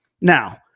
Now